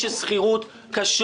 --- תעשה את זה בקצרה, ארז קמיניץ.